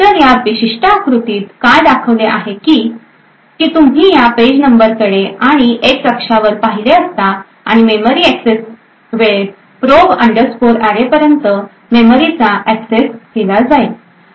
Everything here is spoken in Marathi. तर या विशिष्ट आकृतीत काय दाखवले आहे की की तुम्ही या पेज नंबर कडे आणि एक्स अक्षांवर पाहिले असता आणि मेमरी एक्सेस वेळेत प्रोब अंडरस्कोर अॅरेपर्यंत मेमरीचा एक्सेस केला जाईल